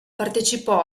partecipò